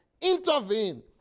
Intervene